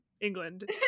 England